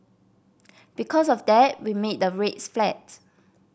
because of that we made the rates flat